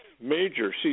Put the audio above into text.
major